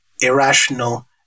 irrational